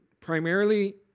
primarily